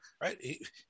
right